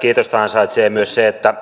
kiitosta ansaitsee myös se että